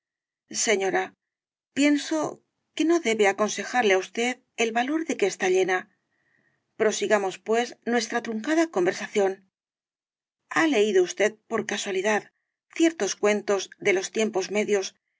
señora pienso que no debe aconsejarle á usted el valor de que está llena prosigamos pues nuestra truncada conversación ha leído usted por casualidad ciertos cuentos de los tiempos medios